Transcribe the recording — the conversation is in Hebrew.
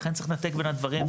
לכן צריך לנתק בין הדברים.